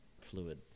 fluid